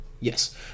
Yes